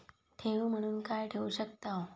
ठेव म्हणून काय ठेवू शकताव?